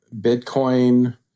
Bitcoin